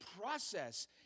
process